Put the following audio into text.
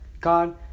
God